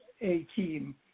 A-Team